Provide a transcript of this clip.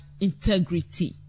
integrity